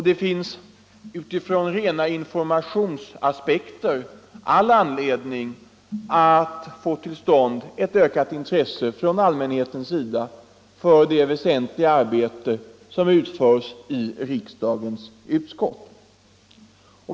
Det finns utifrån rena informationsaspekter all anledning att få till stånd ett ökat intresse från all 41 mänhetens sida för det väsentliga arbete som utförs i riksdagens utskott.